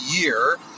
year